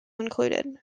included